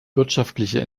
wirtschaftliche